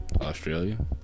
Australia